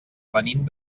venim